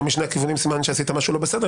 משני הכיוונים סימן שעשית משהו לא בסדר.